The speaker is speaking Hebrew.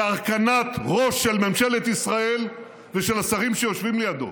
בהרכנת ראש של ראש ממשלת ישראל ושל השרים שיושבים לידו.